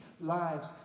lives